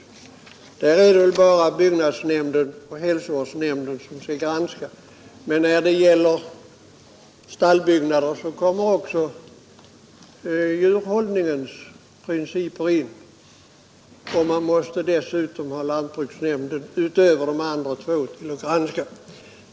Det senare är det väl bara byggnadsnämnden och hälsovårdsnämnden som skall granska, men när Nr 79 det gäller stallbyggnader kommer djurhållningens principer också in, och Torsdagen den även lantbruksnämnden måste granska byggnadsföretaget.